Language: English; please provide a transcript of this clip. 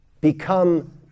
Become